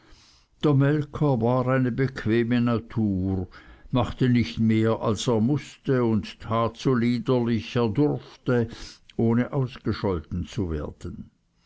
war eine bequeme natur machte nicht mehr als er müßte und tat so liederlich er durfte ohne ausgescholten zu werden